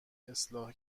اصلاح